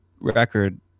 record